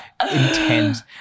intense